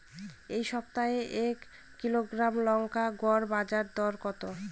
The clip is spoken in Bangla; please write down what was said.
এই সপ্তাহে এক কিলোগ্রাম লঙ্কার গড় বাজার দর কত?